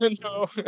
No